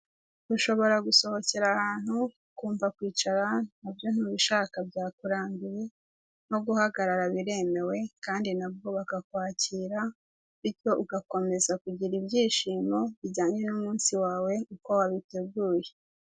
Ushobobora gusohokera ahantu ukumva kwicara nabyo ntubishaka byakurambiye no guhagarara biremewe kandi nabwo bakakwakira bityo ugakomeza kugira ibyishimo bijyanye n'umunsi wawe uko wabiteguye.